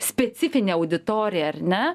specifinė auditorija ar ne